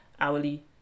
hourly